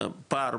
פער,